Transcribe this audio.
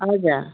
हजुर